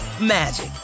magic